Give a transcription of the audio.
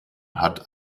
hat